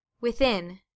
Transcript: Within